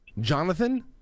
Jonathan